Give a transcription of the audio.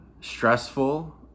stressful